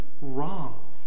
wrong